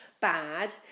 bad